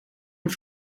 een